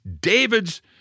David's